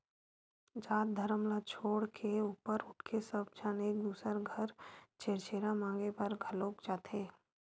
जात धरम ल छोड़ के ऊपर उठके सब झन एक दूसर घर छेरछेरा मागे बर घलोक जाथे